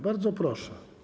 Bardzo proszę.